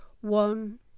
one